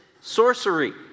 sorcery